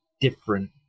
different